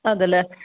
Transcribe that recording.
അതെല്ലേ